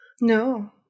No